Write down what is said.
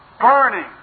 burning